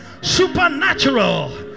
supernatural